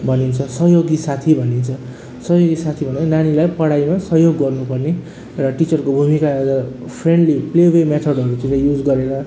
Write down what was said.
भनिन्छ सहयोगी साथी भनिन्छ सहयोगी साथी भन्नाले ननीलाई पढाइमा सहयोग गर्नु पर्ने एउटा टिचरको भूमिका as a friendly play way मेथोडहरू चाहिँ नि युज गरेर